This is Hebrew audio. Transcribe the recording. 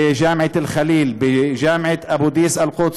בג'אמעת אל-ח'ליל, בג'אמעת אבו-דיס, אל-קודס,